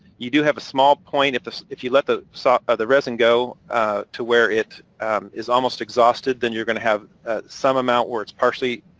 you do have a small point. if if you let the sort of the resin go to where it is almost exhausted, then you're gonna have some amount where it's partially